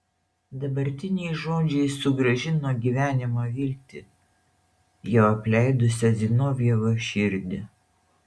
dabartiniai žodžiai sugrąžino gyvenimo viltį jau apleidusią zinovjevo širdį